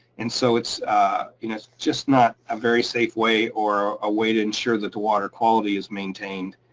and so it's you know it's just not a very safe way or a way to ensure that the water quality is maintained